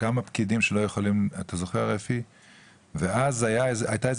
תוך כדי שאני ישן, אם תעירי